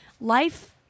life